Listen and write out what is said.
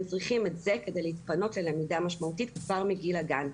הם צריכים את זה כדי להתפנות ללמידה משמעותית כבר מגיל הגן.